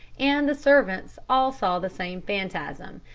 and the servants all saw the same phantasm,